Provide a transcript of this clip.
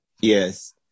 Yes